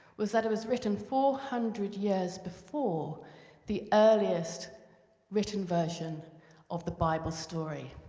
was that it was written four hundred years before the earliest written version of the bible story.